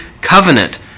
covenant